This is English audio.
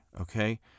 okay